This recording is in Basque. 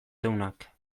deunak